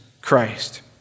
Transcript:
Christ